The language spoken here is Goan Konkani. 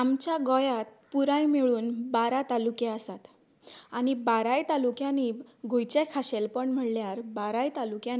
आमच्या गोंयात पुराय मेळून बारा तालुके आसात आनीक बाराय तालुक्यांनी गोंयचे खाशेलपण म्हणल्यार बाराय तालुक्यांनी